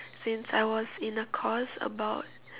since I was in a course about